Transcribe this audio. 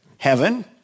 Heaven